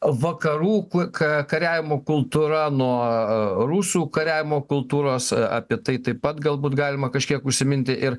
vakarų ka kariavimo kultūra nuo rusų kariavimo kultūros apie tai taip pat galbūt galima kažkiek užsiminti ir